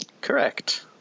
Correct